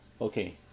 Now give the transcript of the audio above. okay